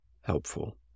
helpful